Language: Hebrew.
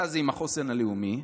אתה עם החוסן הלאומי,